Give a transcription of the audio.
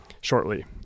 shortly